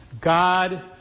God